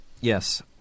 Yes